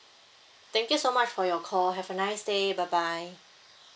thank you so much for your call have a nice day bye bye